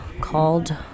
called